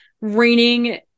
raining